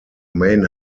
main